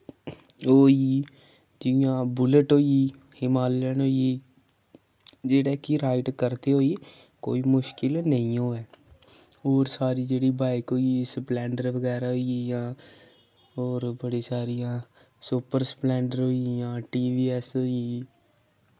ओह् होई गेई जियां बुलेट होई गेई हिमालयन होई गेई जेह्ड़े कि राइड करदे होई कोई मुश्किल नेईं होऐ होर सारी जेह्ड़ी बाइक होई गेई स्प्लैंडर बगैरा होई गेई जां होर बड़ी सारियां सुपर स्प्लैंडर होई गेई जां टी वी एस होई गेई